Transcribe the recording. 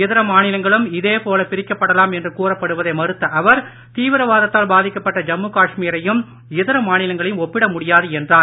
இதர மாநிலங்களும் இதேபோல பிரிக்கப்படலாம் என்று கூறப்படுவதை மறுத்த அவர் தீவிரவாதத்தால் பாதிக்கப்பட்ட ஜம்மு காஷ்மீரையும் இதர மாநிலங்களையும் ஒப்பிட முடியாது என்றார்